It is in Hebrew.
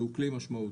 זה הוא כלי משמעותי.